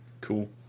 Cool